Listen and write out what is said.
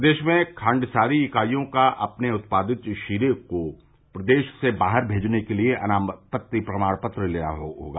प्रदेश में खांडसारी इकाइयों का अपने उत्पादित शीरे को प्रदेश से बाहर भेजने के लिए अनापत्ति प्रमाण लेना होगा